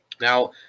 now